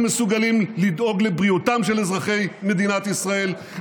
מסוגלים לדאוג לבריאותם של אזרחי מדינת ישראל,